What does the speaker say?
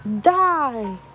Die